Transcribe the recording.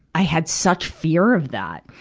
i had such fear of that.